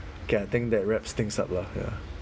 okay I think that wraps things up lah ya